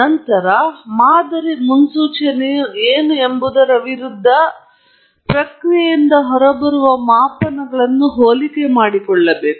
ನಂತರ ಮಾದರಿ ಮುನ್ಸೂಚನೆಯು ಏನು ಎಂಬುದರ ವಿರುದ್ಧ ಪ್ರಕ್ರಿಯೆಯಿಂದ ಹೊರಬರುವ ಮಾಪನಗಳನ್ನು ಹೋಲಿಕೆ ಮಾಡಿಕೊಳ್ಳಿ